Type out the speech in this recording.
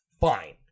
fine